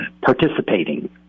participating